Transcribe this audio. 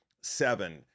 seven